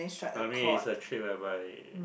I mean is a trip whereby